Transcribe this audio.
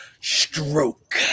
stroke